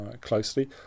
closely